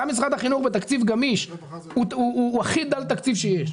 גם משרד החינוך בתקציב גמיש הוא הכי דל תקציב שיש.